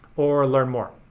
or learn more.